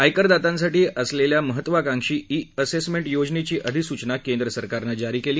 आयकर दातांसाठी असलेल्या महत्त्वाकांक्षी ई असेसमेंट योजनेची अधिसूचना केंद्रानं जारी केली